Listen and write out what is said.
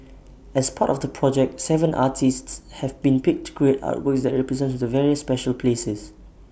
as part of the project Seven artists have been picked to create artworks that represent the various special places